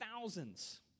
thousands